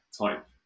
type